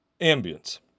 ambience